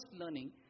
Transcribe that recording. learning